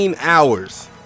hours